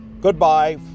goodbye